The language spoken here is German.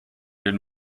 den